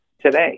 today